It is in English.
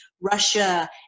russia